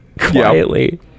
quietly